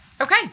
Okay